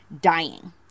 dying